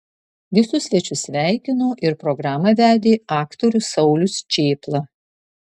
visus svečius sveikino ir programą vedė aktorius saulius čėpla